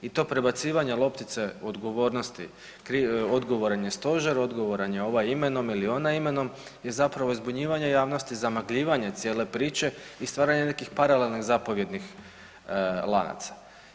I to prebacivanje loptice odgovornosti odgovoran je stožer, odgovoran je ovaj imenom ili onaj imenom i zapravo zbunjivanje javnosti i zamagljivanje cijele priče i stvaranje nekih paralelnih zapovjednih lanaca.